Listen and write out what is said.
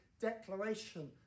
declaration